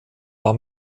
war